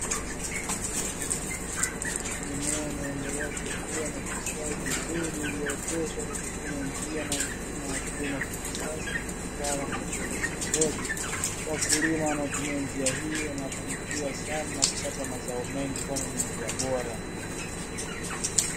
Mimea inaendelea kukua na kustawi vizuri iliyooteshwa kwa kutumia njia na mfumo wa kilimo cha kisasa na cha kitaalamu cha kuotesha mbegu, wakulima wanaotumia njia hii wanafanikiwa sana na kupata mazao mengi kwani ni njia bora.